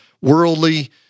worldly